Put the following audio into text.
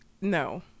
No